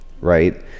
right